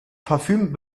parfüm